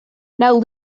now